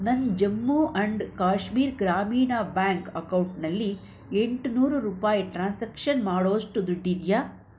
ನನ್ನ Jammu and Kashmir Gramin bank ಅಕೌಂಟ್ನಲ್ಲಿ ಎಂಟು ನೂರು ರೂಪಾಯಿ ಟ್ರಾನ್ಸಾಕ್ಷನ್ ಮಾಡೋಷ್ಟು ದುಡ್ಡಿದೆಯಾ